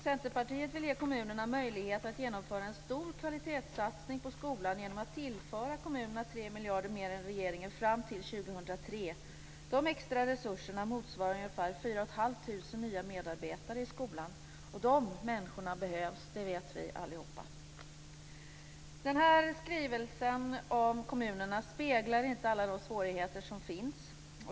Centerpartiet vill ge kommunerna möjlighet att genomföra en stor kvalitetssatsning på skolan genom att tillföra kommunerna 3 miljarder mer än regeringen fram till 2003. De extra resurserna motsvarar ungefär 4 500 nya medarbetare i skolan. De människorna behövs, det vet vi allihop. Den här skrivelsen om kommunerna speglar inte alla de svårigheter som finns.